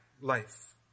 life